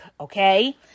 Okay